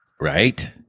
Right